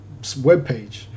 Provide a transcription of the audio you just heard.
webpage